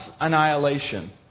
annihilation